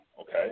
okay